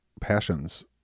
passions